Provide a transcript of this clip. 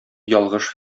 ялгыш